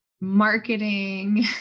marketing